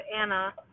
Anna